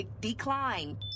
Decline